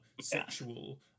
sexual